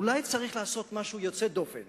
אולי צריך לעשות משהו יוצא דופן